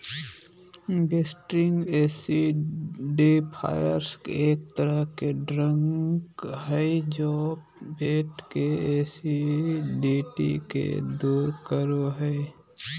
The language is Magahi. गैस्ट्रिक एसिडिफ़ायर्स एक तरह के ड्रग हय जे पेट के एसिडिटी के दूर करो हय